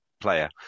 player